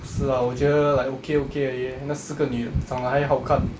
不是 lah 我觉得 like okay okay 而已 eh 那四个女长来好看